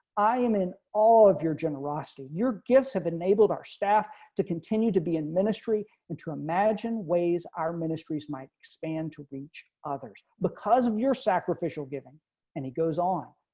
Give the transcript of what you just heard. i am in all of your generosity your gifts have enabled our staff to continue to be in ministry and to imagine ways our ministries might expand to reach others because of your sacrificial giving and he goes on.